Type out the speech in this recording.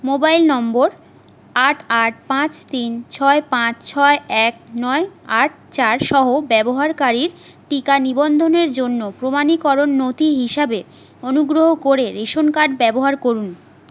mobile number আট আট পাঁচ তিন ছয় পাঁচ ছয় এক নয় আট চার সহ ব্যবহারকারীর টিকা নিবন্ধনের জন্য প্রমাণীকরণ নথি হিসাবে অনুগ্রহ করে রেশন কার্ড ব্যবহার করুন